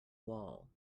wall